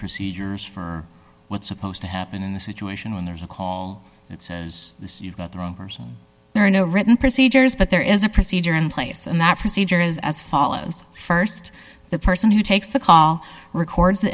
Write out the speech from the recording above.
procedures for what's supposed to happen in this situation when there's a call that says you've got the wrong person there are no written procedures but there is a procedure in place and that procedure is as follows st the person who takes the call records the